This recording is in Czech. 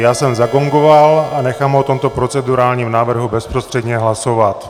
Já jsem zagongoval a nechám o tomto procedurálním návrhu bezprostředně hlasovat.